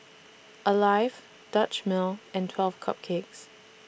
Alive Dutch Mill and twelve Cupcakes